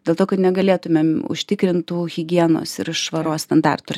dėl to kad negalėtumėm užtikrint tų higienos ir švaros standartų